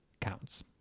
counts